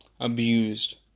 Abused